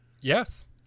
yes